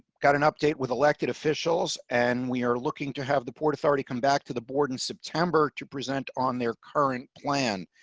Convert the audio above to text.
got an update with elected officials and we are looking to have the port authority come back to the board in september to present on their current plan.